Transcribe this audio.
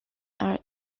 are